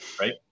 right